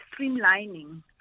streamlining